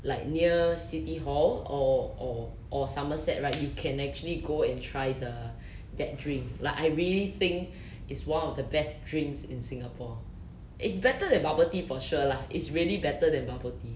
like near city hall or or or somerset right you can actually go and try the that drink like I really think it's one of the best drinks in singapore it's better than bubble tea for sure lah it's really better than bubble tea